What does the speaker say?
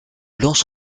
lance